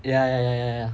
ya ya ya ya